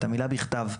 את המילה "בכתב".